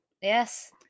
Yes